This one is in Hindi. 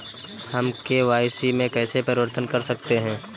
हम के.वाई.सी में कैसे परिवर्तन कर सकते हैं?